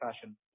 fashion